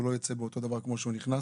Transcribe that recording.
הוא לא ייצא אותו דבר כמו שהוא נכנס.